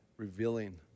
revealing